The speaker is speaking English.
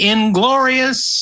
Inglorious